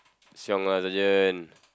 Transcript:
xiong ah sergeant